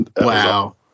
Wow